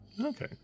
Okay